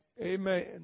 Amen